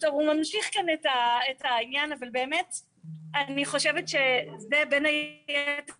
אבל להיעזר ביישומון